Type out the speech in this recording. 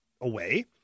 away